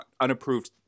unapproved